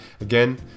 again